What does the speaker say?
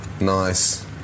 nice